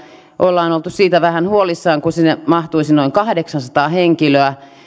ollaan oltu siitä vähän huolissaan kun sinne mahtuisi noin kahdeksansataa henkilöä